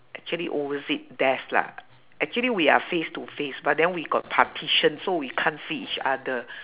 actually opposite desk lah actually we are face to face but then we got partition so we can't see each other